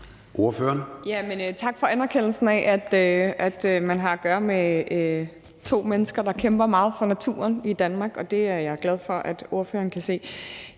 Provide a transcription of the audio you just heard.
Tak for anerkendelsen af, at man har at gøre med to mennesker, der kæmper meget for naturen i Danmark, og det er jeg glad for at ordføreren kan se.